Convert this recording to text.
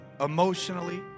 emotionally